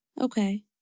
Okay